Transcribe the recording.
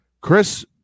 Chris